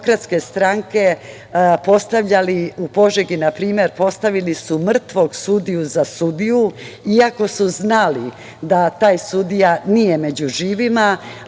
Demokratske stranke, postavljali u Požegi na primer, postavili su mrtvog sudiju za sudiju iako su znali da taj sudija nije među živima,